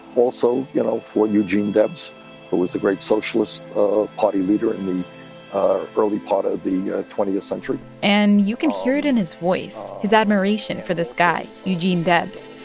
also, you know, for eugene debs, who was the great socialist party leader in the ah early part of the twentieth century and you can hear it in his voice, his admiration for this guy, eugene debs.